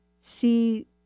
see